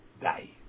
Die